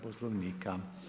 Poslovnika.